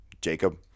Jacob